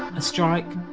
a strike,